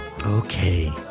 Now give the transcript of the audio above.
Okay